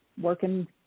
working